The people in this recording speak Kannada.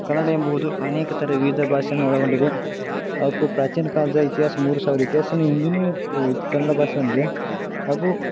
ಕನ್ನಡ ಎಂಬುವುದು ಅನೇಕ ಥರ ವಿವಿಧ ಭಾಷೆಯನ್ನು ಒಳಗೊಂಡಿದೆ ಅವಕ್ಕೂ ಪ್ರಾಚೀನ ಕಾಲದ ಇತಿಹಾಸ ಮೂರು ಸಾವಿರ ಇತಿಹಾಸನೂ ಹಿಂದಿನೂ ಕನ್ನಡ ಭಾಷೆ ಹೊಂದಿದೆ ಹಾಗೂ